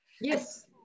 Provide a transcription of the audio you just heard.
Yes